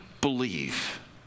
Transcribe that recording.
believe